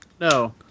No